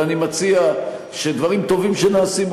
ואני מציע שדברים טובים שנעשים,